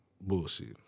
bullshit